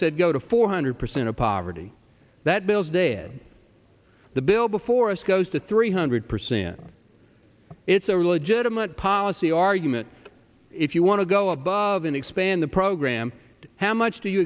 said go to four hundred percent of poverty that bill's dead the bill before us goes to three hundred percent it's a religion of not policy argument if you want to go above and expand the program to how much do you